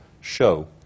show